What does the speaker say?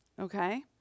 okay